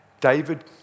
David